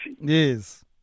Yes